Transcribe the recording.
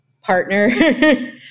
partner